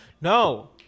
no